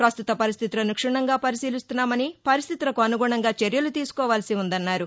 ప్రస్తుత పరిస్టితులను క్షుణ్ణంగా పరిశీలిస్తున్నామని పరిస్దితులకు అనుగుణంగా చర్యలు తీసుకోవాల్సి ఉందన్నారు